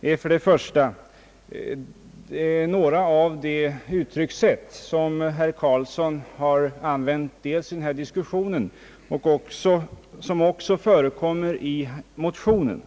Den första gäller några av de uttryckssätt, som herr Eric Carlsson har använt i denna diskussion och som även förekommer i motionerna.